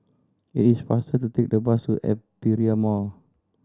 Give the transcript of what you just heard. it is faster to take the bus to Aperia Mall